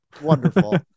Wonderful